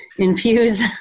infuse